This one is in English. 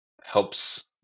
helps